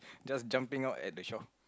just jumping out at the shore